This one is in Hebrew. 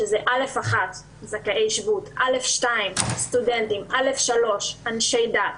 שזה א'1 זכאי שבות, א'2 סטודנטים, א'3 אנשי דת,